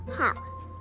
house